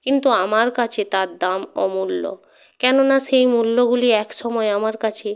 কিন্তু আমার কাছে তার দাম অমূল্য কেননা সেই মূল্যগুলি এক সময় আমার কাছে